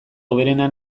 hoberena